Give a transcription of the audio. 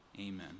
Amen